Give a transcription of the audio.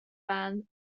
band